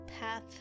path